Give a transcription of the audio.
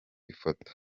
ifoto